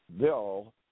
Bill